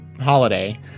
holiday